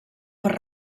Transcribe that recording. per